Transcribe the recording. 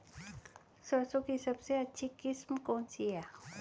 सरसों की सबसे अच्छी किस्म कौन सी है?